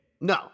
No